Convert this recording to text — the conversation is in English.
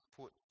put